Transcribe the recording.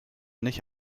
nicht